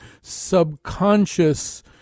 subconscious